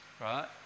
Right